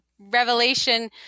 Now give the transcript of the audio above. revelation